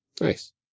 Nice